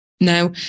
Now